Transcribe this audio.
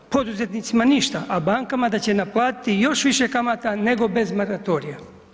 Poduzetnicima ništa, a bankama da će naplatiti još više kamata nego bez moratorija.